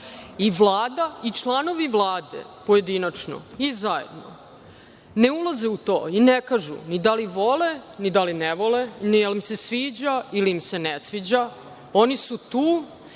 i Vlada i članovi Vlade pojedinačno i zajedno ne ulaze u to i ne kažu ni da li vole, ni da li ne vole, ni da li im se sviđa ili im se ne sviđa. Oni su tu